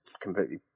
completely